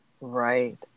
Right